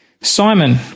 Simon